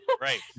right